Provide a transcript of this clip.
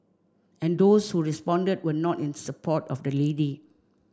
and those who responded were not in support of the lady